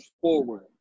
forward